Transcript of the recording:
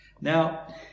Now